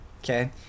Okay